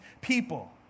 people